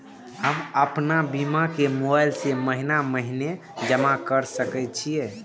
हम आपन बीमा के मोबाईल से महीने महीने जमा कर सके छिये?